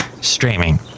Streaming